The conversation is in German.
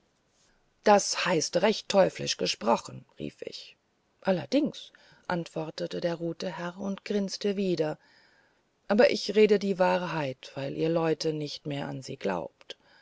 das heißt recht teuflisch gesprochen rief ich allerdings antwortete der rote herr und grinsete wieder aber ich rede die wahrheit weil ihr leute nicht mehr an sie glaubt